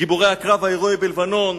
גיבורי הקרב ההירואי בלבנון,